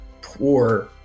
poor